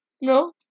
No